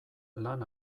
lan